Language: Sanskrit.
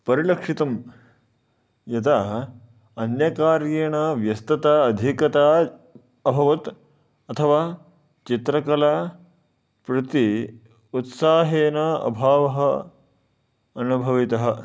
परिलक्षितं यदा अन्यकार्येण व्यस्तता अधिकता अभवत् अथवा चित्रकला प्रति उत्साहेन अभावः अनुभूतः